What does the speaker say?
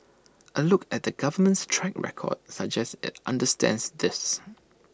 A look at the government's track record suggests IT understands this